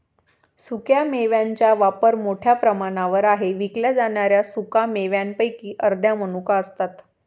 सुक्या मेव्यांचा वापर मोठ्या प्रमाणावर आहे विकल्या जाणाऱ्या सुका मेव्यांपैकी अर्ध्या मनुका असतात